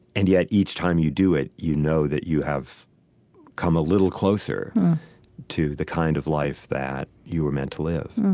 and yet each time you do it, you know that you have come a little closer to the kind of life that you were meant to live